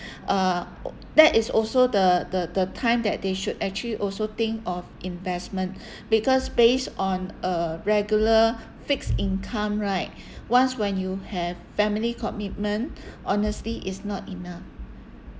uh that is also the the the time that they should actually also think of investment because based on a regular fixed income right once when you have family commitment honestly it's not enough